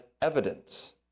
evidence